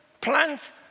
plant